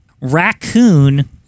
Raccoon